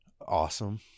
Awesome